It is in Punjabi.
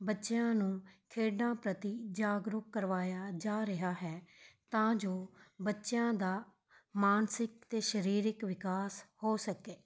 ਬੱਚਿਆਂ ਨੂੰ ਖੇਡਾਂ ਪ੍ਰਤੀ ਜਾਗਰੂਕ ਕਰਵਾਇਆ ਜਾ ਰਿਹਾ ਹੈ ਤਾਂ ਜੋ ਬੱਚਿਆਂ ਦਾ ਮਾਨਸਿਕ ਅਤੇ ਸਰੀਰਿਕ ਵਿਕਾਸ ਹੋ ਸਕੇ